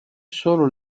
solo